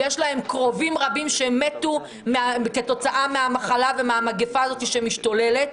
ויש להם קרובים רבים שמתו כתוצאה מהמחלה ומהמגפה הזאת שמשתוללת.